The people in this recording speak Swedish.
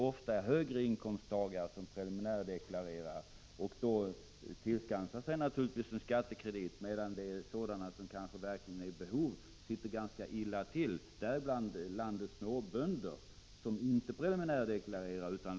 Organisationsbidragen till fritidsfisket har räknats upp lika mycket som andra organisationsbidrag. Det är således fel som Lars Ernestam antyder i sin fråga att resurserna för fiskevård har försämrats.